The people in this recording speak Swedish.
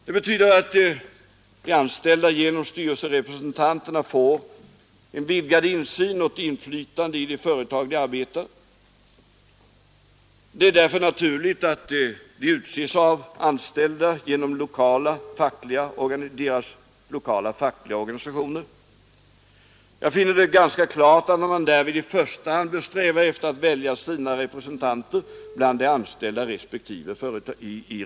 Det betyder att de anställda genom styrelserepresentanterna får en vidgad insyn och ett inflytande i de företag där de arbetar. Det är därför naturligt att styrelserepresentanterna utses av de anställda inom deras lokala fackliga Organisationer. Jag finner det ganska klart att vad man därvid i första hand bör sträva efter är att välja sina representanter bland de anställda i respektive företag.